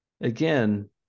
again